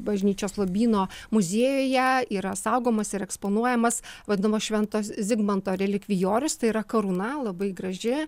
bažnyčios lobyno muziejuje yra saugomas ir eksponuojamas vadinamo švento zi zigmanto relikvijorius tai yra karūna labai graži